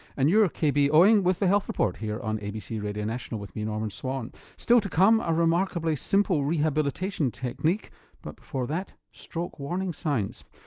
and you're kbo-ing with the health report here on abc radio national with me norman swan. still to come, a remarkably simple rehabilitation technique but before that stroke warning signs.